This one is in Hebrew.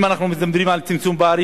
אם אנחנו מדברים על צמצום פערים,